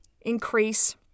increase